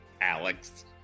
Alex